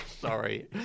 Sorry